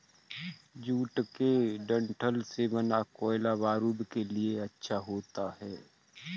jute के डंठल से बना कोयला बारूद के लिए अच्छा होता है